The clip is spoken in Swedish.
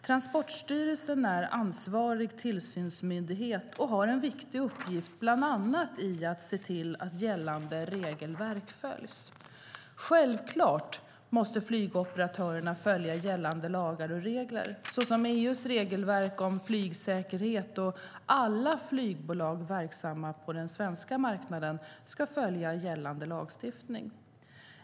Transportstyrelsen är ansvarig tillsynsmyndighet och har en viktig uppgift bland annat i att se till att gällande regelverk följs. Självklart måste flygoperatörerna följa gällande lagar och regler, såsom EU:s regelverk om flygsäkerhet, och alla flygbolag verksamma på den svenska marknaden ska följa gällande lagstiftning.